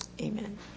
Amen